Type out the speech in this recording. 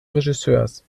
regisseurs